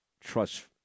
trust